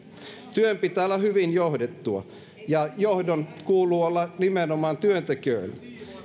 työn pitää olla hyvin johdettua ja johdon kuuluu olla nimenomaan työntekijöillä